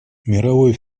мировой